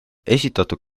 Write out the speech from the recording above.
esitatud